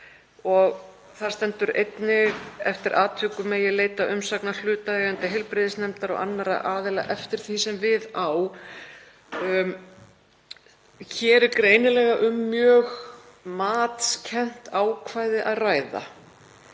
Þar stendur einnig: „… eftir atvikum leita umsagnar hlutaðeigandi heilbrigðisnefndar og annarra aðila eftir því sem við á.“ Hér er greinilega um mjög matskennt ákvæði að ræða.